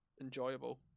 enjoyable